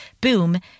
Boom